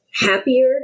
happier